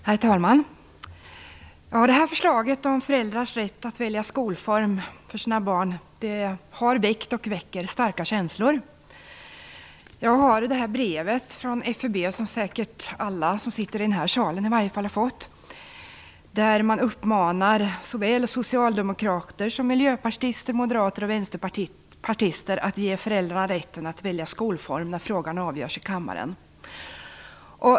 Herr talman! Förslaget om föräldrars rätt att välja skolform för sina barn har väckt och väcker starka känslor. Jag har här ett brev från FEB som säkert alla som sitter i den här salen har fått. Däri uppmanar man socialdemokrater, miljöpartister, moderater och vänsterpartister att ge föräldrarna rätten att välja skolform när frågan avgörs i kammaren.